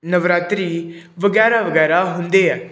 ਨਵਰਾਤਰੀ ਵਗੈਰਾ ਵਗੈਰਾ ਹੁੰਦੇ ਹੈ